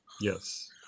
Yes